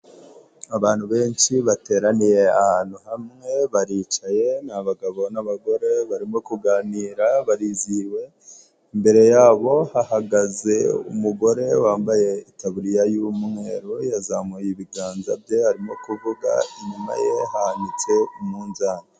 Abantu benshi bateraniye ahantu hamwe, baricaye, ni abagabo n'abagore, barimo kuganira barizihiwe, imbere yabo hahagaze umugore wambaye itaburiya y'umweru, yazamuye ibiganza bye arimo kuvuga, inyuma ye hanitse umunzani.